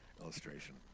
illustration